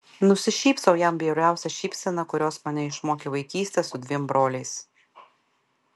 nusišypsau jam bjauriausia šypsena kurios mane išmokė vaikystė su dviem broliais